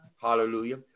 hallelujah